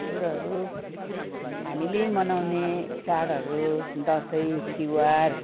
हजुरहरू हामीले मनाउने चाडहरू दसैँ तिहार